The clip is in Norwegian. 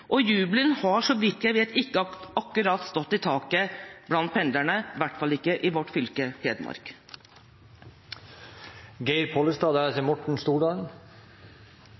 Jubelen har så vidt jeg vet ikke akkurat stått i taket blant pendlerne – i hvert fall ikke i vårt fylke,